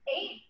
eight